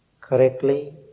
correctly